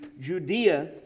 Judea